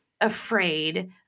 Afraid